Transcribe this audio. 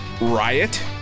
Riot